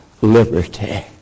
liberty